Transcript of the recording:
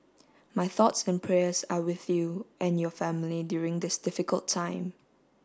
my thoughts and prayers are with you and your family during this difficult time